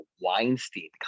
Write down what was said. Weinstein